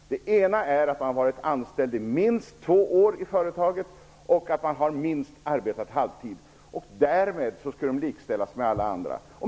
Den ena är att de har varit anställda minst två år i företaget, och den andra är att de har arbetat minst halvtid. Därmed skulle de likställas med alla andra.